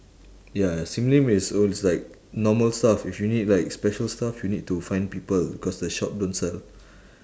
ya ya sim lim is those like normal stuff if you need like special stuff you need to find people because the shop don't sell